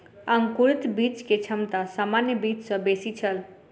अंकुरित बीज के क्षमता सामान्य बीज सॅ बेसी छल